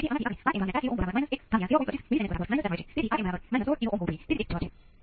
તેથી આ y નો ઉકેલ શું છે